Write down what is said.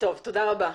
תודה רבה.